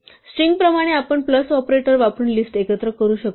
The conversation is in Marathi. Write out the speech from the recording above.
स्ट्रिंग प्रमाणे आपण प्लस ऑपरेटर वापरून लिस्ट एकत्र करू शकतो